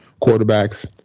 quarterbacks